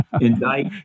indict